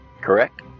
Correct